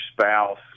spouse